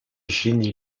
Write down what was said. jenny